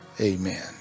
Amen